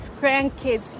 grandkids